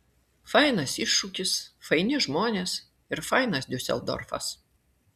fainas iššūkis faini žmonės ir fainas diuseldorfas